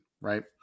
right